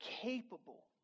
capable